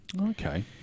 Okay